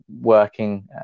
working